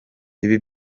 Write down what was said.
ibi